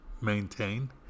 maintain